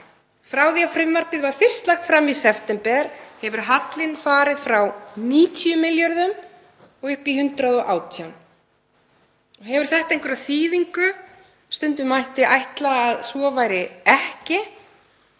Frá því að frumvarpið var fyrst lagt fram í september hefur hallinn farið frá 90 milljörðum og upp í 118. Hefur þetta einhverja þýðingu? Stundum mætti ætla að svo væri ekki.